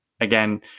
again